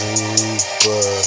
Super